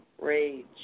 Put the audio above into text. rage